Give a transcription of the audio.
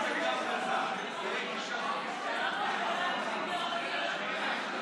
תוצאות ההצבעה הן: 64 בעד, 38 נגד.